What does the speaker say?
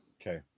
Okay